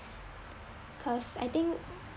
cause I think